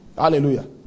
Hallelujah